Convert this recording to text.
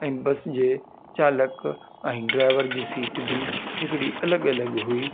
ऐं बस जे चालक ऐं ड्राइवर जी सीट बि हिकिड़ी अलॻि अलॻि हुई